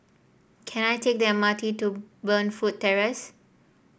can I take the M R T to Burnfoot Terrace